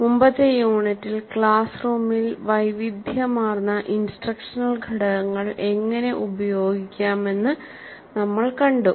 മുമ്പത്തെ യൂണിറ്റിൽ ക്ലാസ് റൂമിൽ വൈവിധ്യമാർന്ന ഇൻസ്ട്രക്ഷണൽ ഘടകങ്ങൾ എങ്ങനെ ഉപയോഗിക്കാമെന്ന് നമ്മൾ കണ്ടു